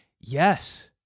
yes